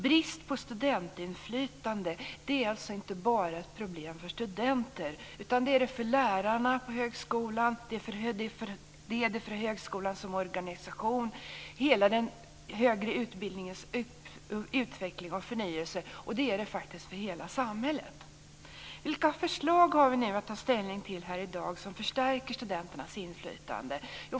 Brist på studentinflytande är inte bara ett problem för studenter, utan det är det för lärarna på högskolan, för högskolan som organisation, för hela den högre utbildningens utveckling och förnyelse och faktiskt för hela samhället. Vilka förslag har vi nu att ta ställning till här i dag som förstärker studenternas inflytande?